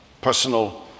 personal